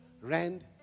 rand